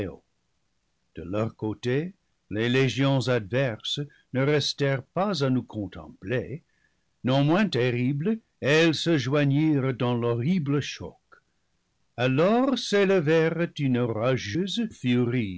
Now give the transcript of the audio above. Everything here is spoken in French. de leur côté les légions adverses ne restèrent pas à nous contempler non moins terribles elles se joignirent dans l'horrible choc alors s'élevèrent une orageuse furie